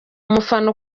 umufana